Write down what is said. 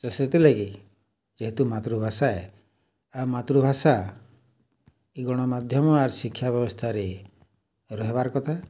ତ ସେଥିର୍ଲାଗି ଯେହେତୁ ମାତୃଭାଷା ଏ ଆଉ ମାତୃଭାଷା ଇ ଗଣମାଧ୍ୟମ ଆର୍ ଶିକ୍ଷା ବ୍ୟବସ୍ଥାରେ ରହେବାର୍ କଥା